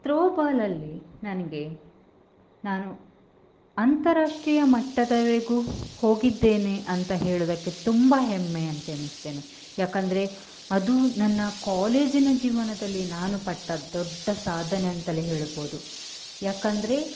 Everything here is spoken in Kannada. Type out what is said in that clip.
ತ್ರೋಬಾಲಲ್ಲಿ ನನಗೆ ನಾನು ಅಂತಾರಾಷ್ಟ್ರೀಯ ಮಟ್ಟದ್ವರೆಗೂ ಹೋಗಿದ್ದೇನೆ ಅಂತ ಹೇಳೋದಕ್ಕೆ ತುಂಬ ಹೆಮ್ಮೆ ಅಂತ ಎಣಿಸ್ತೇನೆ ಯಾಕಂದರೆ ಅದು ನನ್ನ ಕಾಲೇಜಿನ ಜೀವನದಲ್ಲಿ ನಾನು ಪಟ್ಟ ದೊಡ್ಡ ಸಾಧನೆ ಅಂತಲೇ ಹೇಳ್ಬೋದು ಯಾಕಂದರೆ